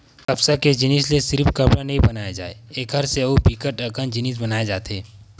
कपसा के जिनसि ले सिरिफ कपड़ा नइ बनाए जाए एकर से अउ बिकट अकन जिनिस बनाए जाथे